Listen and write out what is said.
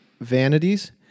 vanities